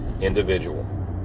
individual